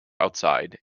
outside